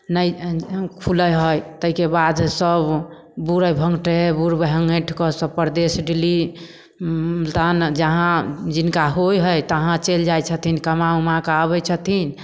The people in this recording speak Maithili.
नहि खुलय हइ तैके बाद सभ बुलय भङ्गठय हइ बुलि भङ्गठिकऽ सभ परदेश दिल्ली तहन जहाँ जिनका होइ हइ तहाँ चलि जाइ छथिन कमा उमाके आबय छथिन